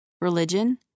religion